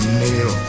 nail